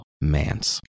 Mance